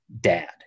dad